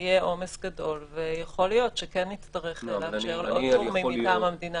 אם יהיה עומס גדול יכול להיות שכן נצטרך לאפשר לעוד גורמים מטעם המדינה